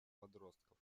подростков